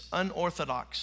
unorthodox